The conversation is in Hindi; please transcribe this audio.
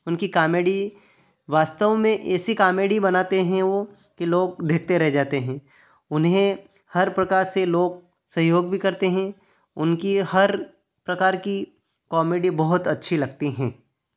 उनकी कामेडी वास्तव में ऐसी कॉमेडी बनाते हैं वो कि लोग देखते रह जाते हैं उन्हें हर प्रकार से लोग सहयोग भी करते हैं उनकी हर प्रकार की कॉमेडी बहुत अच्छी लगती है